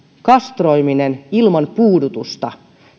kastroiminen ilman puudutusta